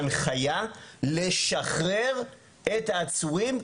הנחיה לשחרר את העצורים,